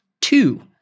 Two